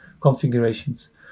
configurations